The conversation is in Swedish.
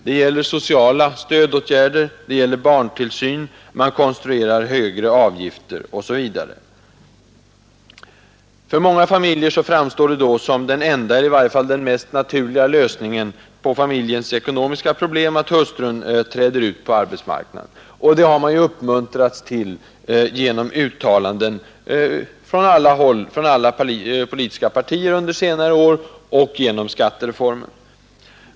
Det gäller sociala stödåtgärder, barntillsyn — högre avgifter konstrueras osv. För många familjer framstår då som den enda, eller i varje fall den mest naturliga, lösningen på familjens ekonomiska problem att hustrun träder ut på arbetsmarknaden. Och det har hon uppmuntrats till genom uttalanden från alla politiska partier under senare år och genom skattereformen.